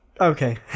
okay